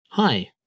Hi